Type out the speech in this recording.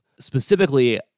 specifically